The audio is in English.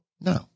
No